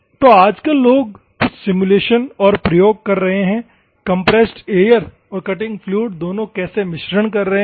तो आजकल लोग कुछ सिम्युलेशन्स और प्रयोग कर रहे हैं कि कंप्रेस्ड एयर और कटिंग फ्लूइड दोनों कैसे मिश्रण कर रहे हैं